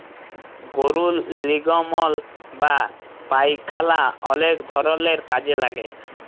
গরুর লির্গমল বা পায়খালা অলেক ধরলের কাজে লাগে